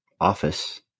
office